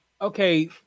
okay